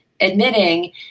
admitting